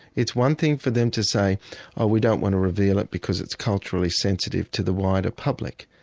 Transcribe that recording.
it's one thing for them to say ah we don't want to reveal it because it's culturally sensitive to the wider public,